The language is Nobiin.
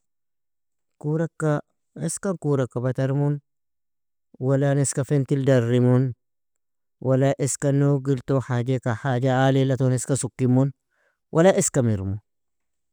Kuraka eska kuraka batarmun, wala an eska fintil darrimun, wala iska nugilton, hajeka haja aliealaton eska sukimun, wala eska mirmu.